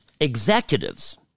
executives